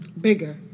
bigger